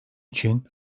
için